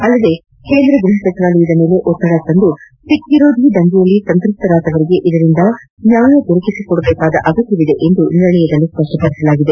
ಅಲ್ಲದೇ ಕೇಂದ್ರ ಗೃಹ ಸಚಿವಾಲಯದ ಮೇಲೆ ಒತ್ತಡ ತಂದು ಸಿಖ್ ವಿರೋಧಿ ದಂಗೆಯಲ್ಲಿ ಸಂತ್ರಸ್ತಗೊಂಡವರಿಗೆ ಇದರಿಂದ ನ್ಯಾಯ ದೊರಕಿಸಿಕೊಡಬೇಕಾದ ಅಗತ್ಯವಿದೆ ಎಂದು ನಿರ್ಣಯದಲ್ಲಿ ಸ್ಪ ಷ್ವ ಪದಿಸಲಾಗಿದೆ